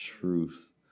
truth